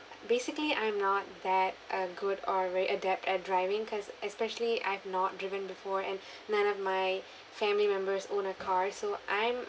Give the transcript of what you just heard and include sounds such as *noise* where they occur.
basically I'm not that uh good or very adept at driving cause especially I've not driven before and *breath* none of my family members own a car so I'm